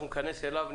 אנחנו ניכנס אליו,